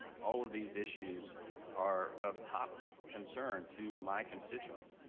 all of these issues are of top concern to my constituents.